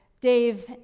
Dave